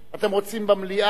אתם רוצים במליאה?